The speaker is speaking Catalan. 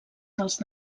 dels